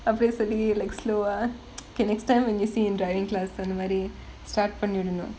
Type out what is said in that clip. அப்படியே சொல்லி:appadiyae solli like slow ah okay next time when you see him in driving class அந்த மாரி:antha maari start பண்ணி விடோணும்:panni vidonum